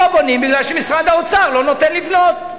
לא בונים מפני שמשרד האוצר לא נותן לבנות.